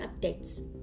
updates